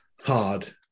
hard